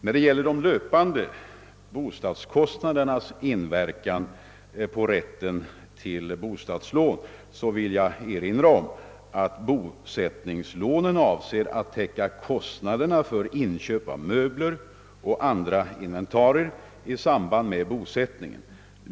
När det gäller de löpande bostadszostnadernas inverkan på rätten till bostadslån vill jag erinra om att bosättningslånen är avsedda att täcka kostnaderna för inköp av möbler och andra inventarier i samband med bosättningen.